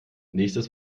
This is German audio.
nächstes